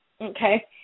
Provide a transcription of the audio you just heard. okay